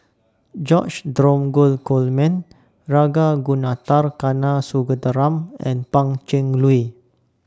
George Dromgold Coleman Ragunathar Kanagasuntheram and Pan Cheng Lui